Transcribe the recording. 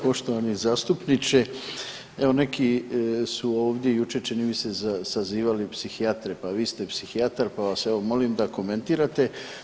Poštovani zastupniče, evo neki su ovdje jučer čini mi se sazivali psihijatre, pa vi ste psihijatar, pa vas evo molim da komentirate.